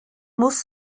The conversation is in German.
muss